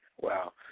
Wow